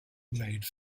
made